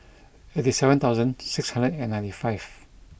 eighty seven thousand six hundred and ninety five